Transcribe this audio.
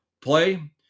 play